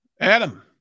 Adam